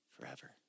forever